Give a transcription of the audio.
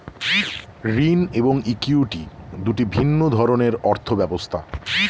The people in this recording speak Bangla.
ঋণ এবং ইক্যুইটি দুটি ভিন্ন ধরনের অর্থ ব্যবস্থা